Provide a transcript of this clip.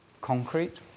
concrete